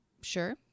Sure